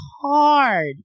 hard